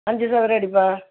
அஞ்சு சதுர அடிப்பா